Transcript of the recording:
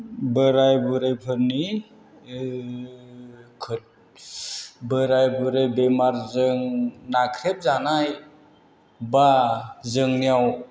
बोराय बुरैफोरनि बोराय बुरै बेमारजों नाख्रेब जानाय एबा जोंनियाव